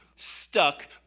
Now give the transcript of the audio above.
stuck